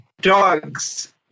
dogs